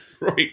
right